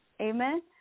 amen